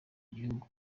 gihugu